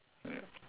yet